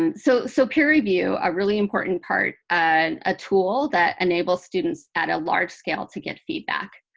and so so peer review, a really important part, and a tool that enables students at a large scale to get feedback.